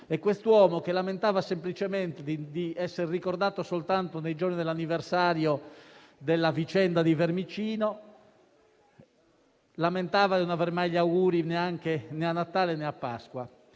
Quest'uomo diceva di essere ricordato soltanto nei giorni dell'anniversario della vicenda di Vermicino e lamentava di non aver mai gli auguri, neanche a Natale né a Pasqua;